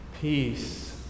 peace